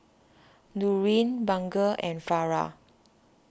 Nurin Bunga and Farah